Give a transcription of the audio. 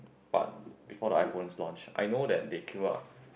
but before the iPhone launch I know that they queue up